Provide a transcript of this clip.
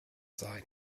sein